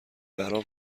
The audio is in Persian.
برام